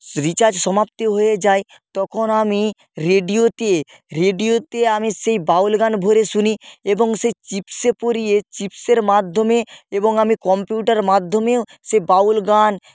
recharge সমাপ্তি হয়ে যায় তখন আমি রেডিওতে রেডিওতে আমি সেই বাউল গান ভরে শুনি এবং সেই চিপসে পুরিয়ে চিপসের মাধ্যমে এবং আমি কম্পিউটার মাধ্যমেও সে বাউল গান